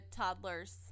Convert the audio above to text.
Toddlers